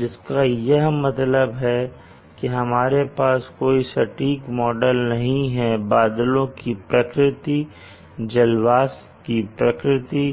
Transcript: जिसका यह मतलब है की हमारे पास कोई सटीक मॉडल नहीं है बादलों की प्रकृति जलवाष्प की प्रकृति